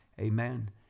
Amen